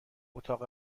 اتاق